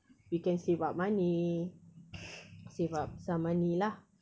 we can save up money save up some money lah